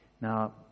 Now